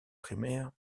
primaires